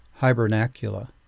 hibernacula